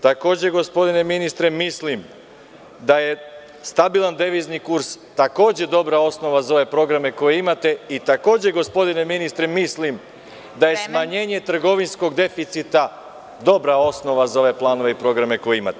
Takođe, gospodine ministre mislim da je stabilan devizni kurs takođe dobra osnova za ove programe koje imate i takođe gospodine ministre mislim da je smanjenje trgovinskog deficita dobra osnova za ove planove i programe koje imate.